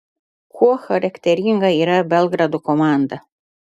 kuo charakteringa yra belgrado komanda